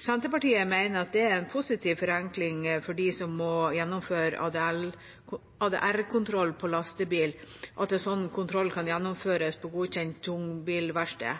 Senterpartiet mener det er en positiv forenkling for dem som må gjennomføre ADR-kontroll på lastebil, at en slik kontroll kan gjennomføres på godkjent tungbilverksted.